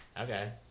okay